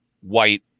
white